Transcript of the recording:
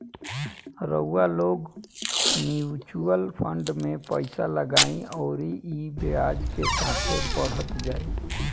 रउआ लोग mutual fund मे पइसा लगाई अउरी ई ब्याज के साथे बढ़त जाई